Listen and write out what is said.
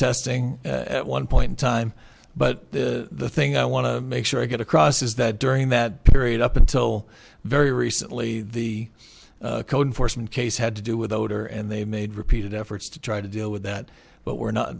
testing at one point in time but the thing i want to make sure i get across is that during that period up until very recently the code enforcement case had to do with odor and they made repeated efforts to try to deal with that but were not